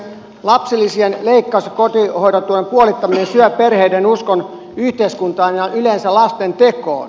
lapsilisien leikkaus ja kotihoidon tuen puolittaminen syövät perheiden uskon yhteiskuntaan ja yleensä lasten tekoon